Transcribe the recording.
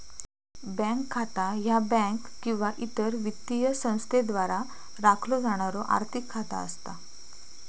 bank खाता ह्या bank किंवा इतर वित्तीय संस्थेद्वारा राखलो जाणारो आर्थिक खाता असता